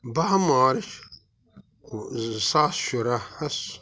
باہ مارٕچ زٕ ساس شُراہس